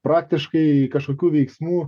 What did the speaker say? praktiškai kažkokių veiksmų